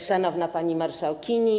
Szanowna Pani Marszałkini!